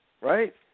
right